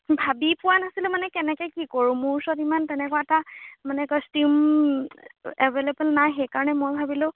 ভাবি পোৱা নাছিলোঁ মানে কেনেকে কি কৰোঁ মোৰ ওচৰত ইমান তেনেকুৱা এটা মানে কছটিউম এভেইলেবল নাই সেইকাৰণে মই ভাবিলোঁ